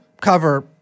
cover